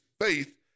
faith